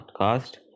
Podcast